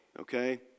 Okay